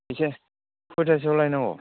बेसे कयतासोआव लायनांगौ